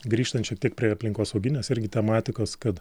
grįžtant šiek tiek prie aplinkosauginės irgi tematikos kad